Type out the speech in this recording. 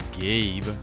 Gabe